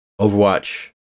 Overwatch